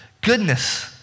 goodness